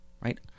right